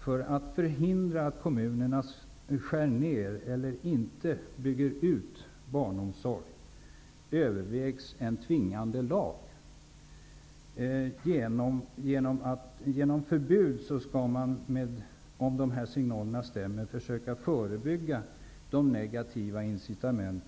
För att förhindra att kommunerna skär ner eller inte bygger ut barnomsorg övervägs en tvingande lag, efter vad jag hört. Om dessa signaler stämmer vill man alltså genom förbud försöka förebygga de negativa incitament